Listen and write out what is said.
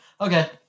Okay